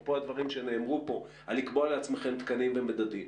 אפרופו הדברים שנאמרו פה על לקבוע לכם תקנים ומדדים.